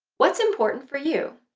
what's important for you?